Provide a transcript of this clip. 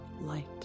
light